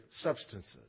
substances